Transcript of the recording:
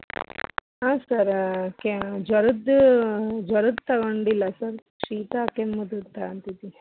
ಹಾಂ ಸರ್ ಕೆ ಜ್ವರದ್ದು ಜ್ವರದ್ದು ತಗೊಂಡಿಲ್ಲ ಸರ್ ಶೀತ ಕೆಮ್ಮುದು ತಗಂತಿದಿನಿ